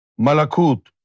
Malakut